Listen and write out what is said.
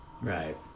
Right